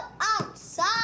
outside